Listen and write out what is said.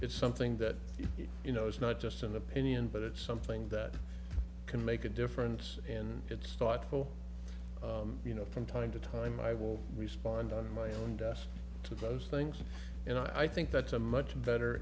it's something that you know it's not just an opinion but it's something that can make a difference and it's thoughtful you know from time to time i will respond on my own desk to those things and i think that's a much better